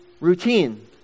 routine